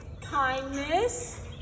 kindness